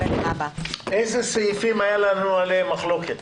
אילו סעיפים הייתה עליהם מחלוקת?